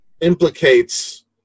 implicates